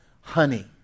honey